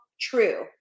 true